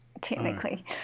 Technically